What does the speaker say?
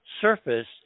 surface